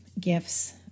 gifts